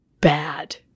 Bad